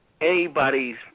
anybody's